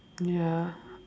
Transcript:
ya